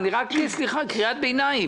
זו רק קריאת ביניים.